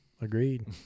Agreed